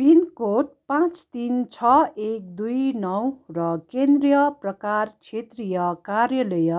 pin code पाँच तिन छ एक दुई नौ र केन्द्र प्रकार क्षेत्रीय कार्यालय